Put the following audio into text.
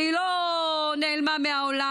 שהיא לא נעלמה מהעולם,